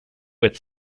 wet